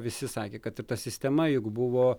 visi sakė kad ir ta sistema juk buvo